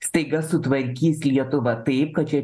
staiga sutvarkys lietuvą taip kad čia